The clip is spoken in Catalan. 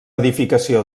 edificació